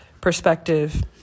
perspective